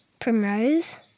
Primrose